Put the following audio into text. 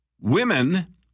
Women